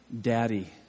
Daddy